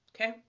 Okay